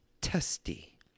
Testy